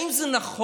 האם זה נכון?